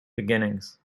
beginnings